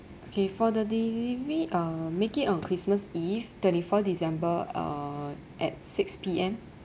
okay for the delivery uh make it on christmas eve twenty fourth december uh at six P_M